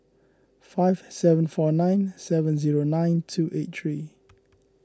five seven four nine seven zero nine two eight three